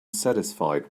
satisfied